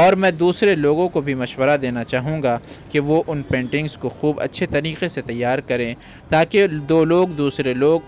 اور میں دوسرے لوگوں کو بھی مشورہ دینا چاہوں گا کہ وہ اُن پینٹنگس کو خوب اچھی طریقے سے تیار کریں تاکہ دو لوگ دوسرے لوگ